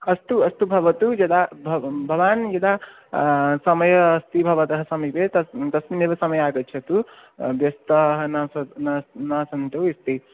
अस्तु अस्तु भवतु यदा भव् भवान् यदा समयः अस्ति भवतः समीपे तस् तस्मिन्नेव समये आगच्छतु व्यस्ताः न न सन्तु इति